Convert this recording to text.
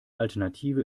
alternative